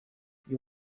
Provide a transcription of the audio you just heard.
you